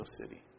city